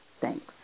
Thanks